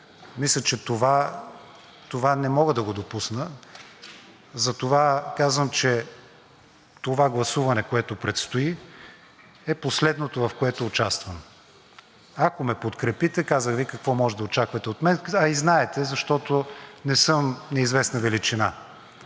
Мисля, че това не мога да го допусна. Затова казвам, че това гласуване, което предстои, е последното, в което участвам. Ако ме подкрепите, казах Ви какво можете да очаквате от мен, а и знаете, защото не съм неизвестна величина.